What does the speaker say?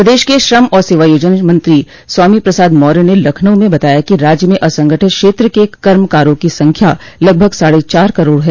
प्रदेश के श्रम और सेवायोजन मंत्री स्वामी प्रसाद मौर्य ने लखनऊ में बताया कि राज्य में असंगठित क्षेत्र के कर्मकारों की संख्या लगभग साढ़े चार करोड़ है